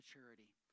maturity